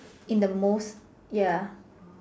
in the most ya